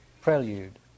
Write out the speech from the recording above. prelude